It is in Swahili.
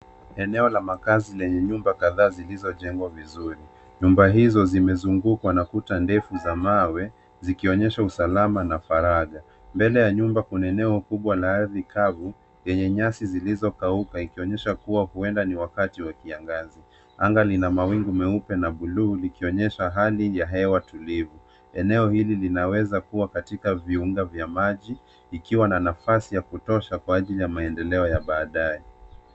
Eneo la makazi yenye nyumba kadhaa zilizojengwa vizuri. Nyumba hizo zimezungukwa na kuta ndefu za mawe zikionyesha usalama na faraga. Mbele la nyumba kuna eneo kubwa la ardhi kavu zenye nyasi zilizokauka ikionyesha kuwa huenda ni wakati wa kiangazi. Anga lina mawingu meupe na buluu likionyesha hali ya hewa tulivu. Eneo hili linaweza kuwa katika viunga vya maji, ikiwa na nafasi ya kutosha kwa ajili ya maendeleo ya baadaye.